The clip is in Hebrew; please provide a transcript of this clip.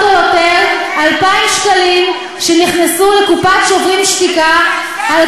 פחות או יותר 2,000 שקלים שנכנסו לקופת "שוברים שתיקה" ובגלל זה,